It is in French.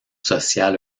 social